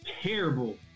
terrible